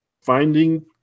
finding